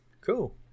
Cool